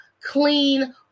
clean